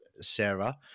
Sarah